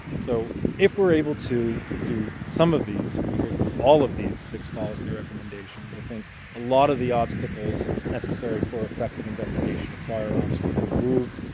so if we're able to do some of these. it would be great to do all of these six policy recommendations. i think a lot of the obstacles necessary for effective investigation of firearms would be removed.